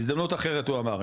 בהזדמנות אחרת הוא אמר,